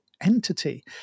entity